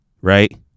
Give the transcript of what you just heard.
right